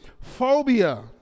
Phobia